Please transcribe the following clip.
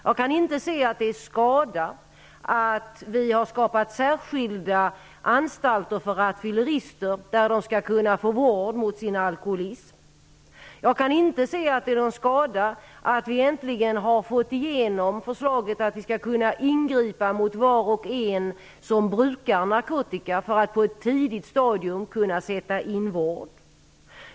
Jag kan inte inse att det är skada att vi har skapat särskilda anstalter för rattfyllerister, där de skall kunna vårdas för sin alkoholism. Jag kan inte inse att det är någon skada att vi äntligen har fått igenom förslaget att det skall vara möjligt att ingripa mot var och en som brukar narkotika för att på ett tidigt stadium kunna sätta in vård.